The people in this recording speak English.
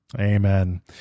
Amen